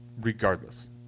Regardless